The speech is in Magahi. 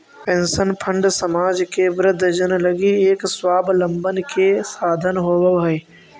पेंशन फंड समाज के वृद्धजन लगी एक स्वाबलंबन के साधन होवऽ हई